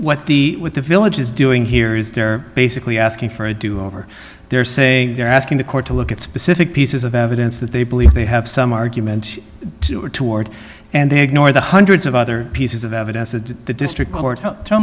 what the with the village is doing here is they're basically asking for a do over there say they're asking the court to look at specific pieces of evidence that they believe they have some argument or toward and they ignore the hundreds of other pieces of evidence that the district